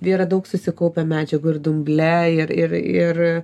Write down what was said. yra daug susikaupę medžiagų ir dumble ir ir ir